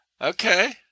Okay